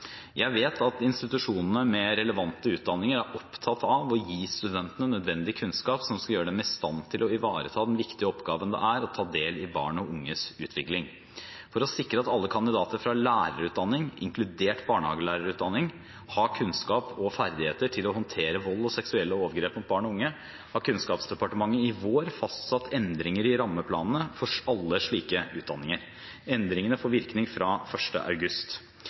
Jeg vet at institusjonene med relevante utdanninger er opptatt av å gi studentene nødvendig kunnskap som skal gjøre dem i stand til å ivareta den viktige oppgaven det er å ta del i barn og unges utvikling. For å sikre at alle kandidater fra lærerutdanning, inkludert barnehagelærerutdanning, har kunnskap og ferdigheter til å håndtere vold og seksuelle overgrep mot barn og unge har Kunnskapsdepartementet i vår fastsatt endringer i rammeplanene for alle slike utdanninger. Endringene får virkning fra 1. august.